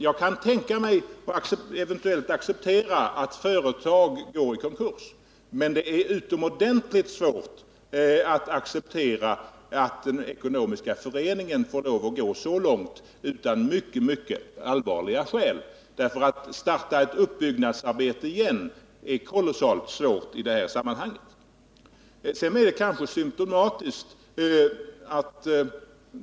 Jag kan eventuellt acceptera att aktiebolag går i konkurs, men det är utomordentligt svårt att acceptera att den ekonomiska föreningen Skåneskog får lov att gå så långt utan mycket, mycket allvarliga skäl, därför att det är kolossalt svårt att ånyo starta ett uppbyggnadsarbete i det här sammanhanget.